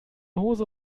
hose